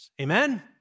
Amen